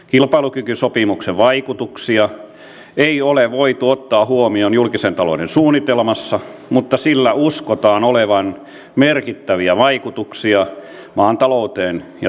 kilpailukykysopimuksen vaikutuksia ei ole voitu ottaa huomioon julkisen talouden suunnitelmassa mutta sillä uskotaan olevan merkittäviä vaikutuksia maan talouteen ja työllisyyteen